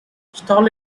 stall